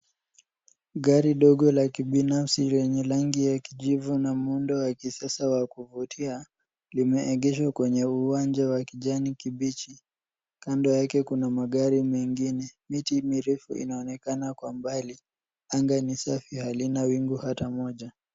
Gari dogo la kibinafsi lenye rangi ya kijivu na muundo wa kisasa wa kuvutia, limeegeshwa kwenye uwanja wa kijani kibichi. Kando yake kuna magari mengine. Miti mirefu inaonekana kwa mbali. Anga ni safi, halina wingu hata moja.